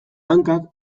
hankak